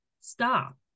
stop